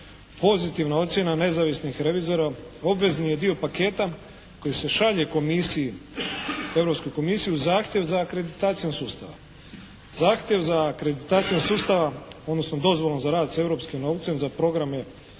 Pozitivna ocjena nezavisnih revizora obvezni je dio paketa koji se šalje Komisiji, Europskoj Komisiji u zahtjev za akreditacijom sustava. Zahtjev za akreditacijom sustava, odnosno dozvolom za rad s europskim novcem za programe